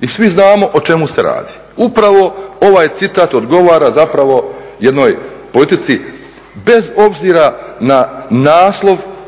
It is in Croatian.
I svi znamo o čemu se radi. Upravo ovaj citat odgovara zapravo jednoj politici bez obzira na naslov